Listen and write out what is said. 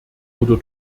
oder